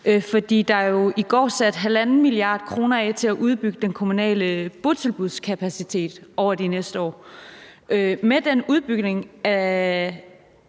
er jo i går sat 1,5 mia. kr. af til at udbygge den kommunale botilbudskapacitet over de næste år. Med den udbygning af